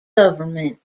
government